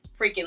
freaking